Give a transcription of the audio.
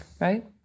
right